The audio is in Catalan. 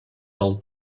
del